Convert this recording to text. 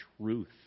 truth